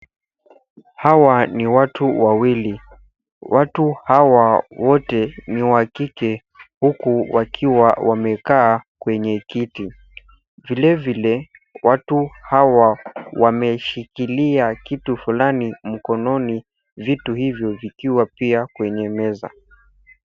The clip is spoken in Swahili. Hawa ni watu wawili. Watu hawa wote ni wa kike huku wakiwa wamekaa kwenye kiti. Vilevile watu hawa wameshikilia kitu fulani mkononi vitu hivyo vikiwa pia kwenye meza.